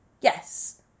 Yes